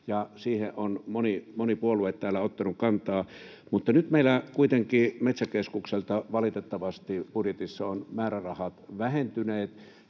siihen on moni puolue täällä ottanut kantaa. Mutta nyt meillä kuitenkin Metsäkeskukselta ovat valitettavasti budjetissa määrärahat vähentyneet.